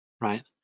right